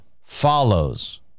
follows